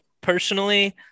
personally